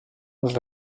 els